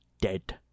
dead